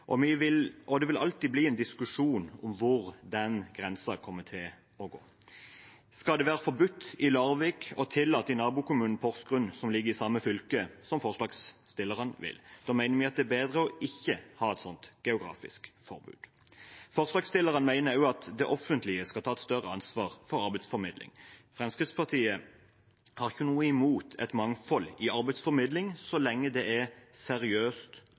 og det vil alltid bli en diskusjon om hvor den grensen kommer til å gå. Skal det være forbudt i Larvik og tillatt i nabokommunen Porsgrunn, som ligger i samme fylke, slik forslagsstillerne vil? Da mener vi at det er bedre ikke å ha et sånt geografisk forbud. Forslagsstillerne mener også at det offentlige skal ta et større ansvar for arbeidsformidling. Fremskrittspartiet har ikke noe imot et mangfold i arbeidsformidling så lenge det er seriøst,